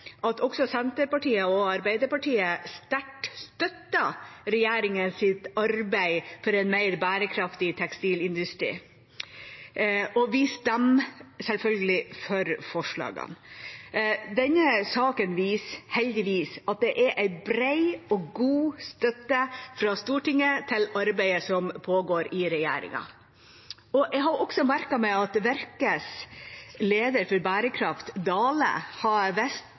at også Senterpartiet og Arbeiderpartiet sterkt støtter regjeringas arbeid for en mer bærekraftig tekstilindustri, og vi stemmer selvfølgelig for forslagene. Denne saken viser heldigvis at det er en bred og god støtte fra Stortinget til arbeidet som pågår i regjeringa. Jeg har også merket meg at Virkes leder for bærekraft, Dale, har